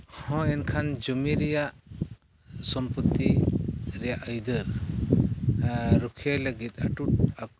ᱦᱚᱸ ᱮᱱᱠᱷᱟᱱ ᱡᱩᱢᱤ ᱨᱮᱭᱟᱜ ᱥᱚᱢᱯᱚᱛᱛᱤ ᱨᱮᱭᱟᱜ ᱟᱹᱭᱫᱟᱹᱨ ᱨᱩᱠᱷᱤᱭᱟᱹᱣ ᱞᱟᱹᱜᱤᱫ ᱟᱹᱴᱩ